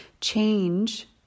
Change